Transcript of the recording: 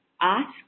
ask